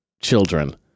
children